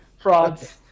Frauds